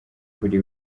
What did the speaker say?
kuri